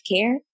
care